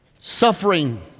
suffering